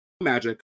magic